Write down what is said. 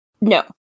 No